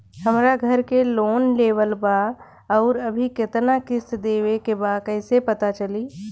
हमरा घर के लोन लेवल बा आउर अभी केतना किश्त देवे के बा कैसे पता चली?